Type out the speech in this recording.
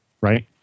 right